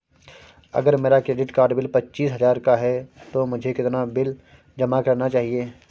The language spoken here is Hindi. अगर मेरा क्रेडिट कार्ड बिल पच्चीस हजार का है तो मुझे कितना बिल जमा करना चाहिए?